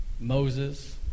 Moses